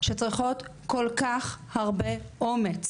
שצריכות כל-כך הרבה אומץ